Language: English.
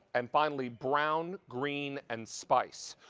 and finally brown, green and spice.